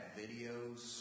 videos